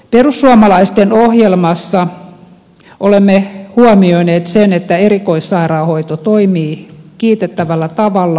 perussuomalaisten ohjelmassa olemme huomioineet sen että erikoissairaanhoito toimii kiitettävällä tavalla